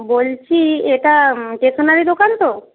বলছি এটা স্টেশনারি দোকান তো